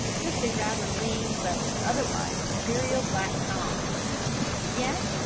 just a rather lean but otherwise material, black tom yet,